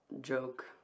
joke